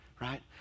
right